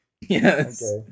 Yes